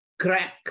crack